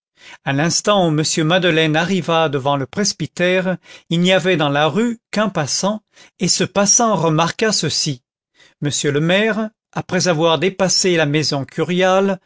à l'instant où m madeleine arriva devant le presbytère il n'y avait dans la rue qu'un passant et ce passant remarqua ceci m le maire après avoir dépassé la maison curiale